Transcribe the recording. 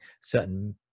certain